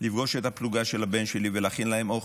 לפגוש את הפלוגה של הבן שלי ולהכין להם אוכל,